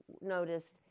noticed